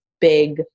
big